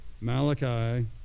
Malachi